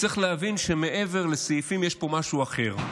צריך להבין שמעבר לסעיפים יש פה משהו אחר,